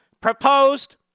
proposed